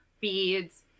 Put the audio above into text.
Beads